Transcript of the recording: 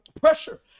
pressure